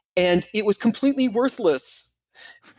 and it was completely worthless.